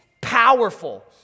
powerful